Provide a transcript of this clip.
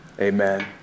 Amen